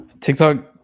tiktok